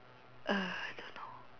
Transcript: I don't know